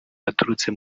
baturutse